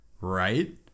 Right